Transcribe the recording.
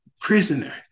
prisoner